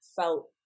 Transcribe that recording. felt